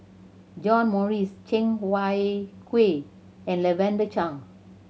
John Morrice Cheng Wai Keung and Lavender Chang